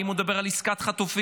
האם הוא ידבר על עסקת החטופים?